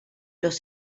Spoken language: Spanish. los